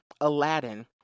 Aladdin